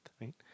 right